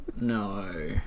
No